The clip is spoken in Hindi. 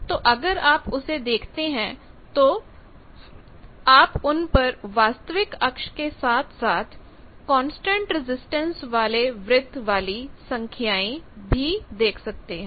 तो अगर आप उसे देखते हैं तो आप उन पर वास्तविक अक्ष के साथ साथ कांस्टेंट रजिस्टेंस के वृत्त वाली संख्याएं भी देख सकते हैं